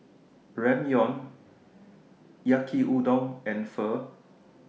Ramyeon Yaki Udon and Pho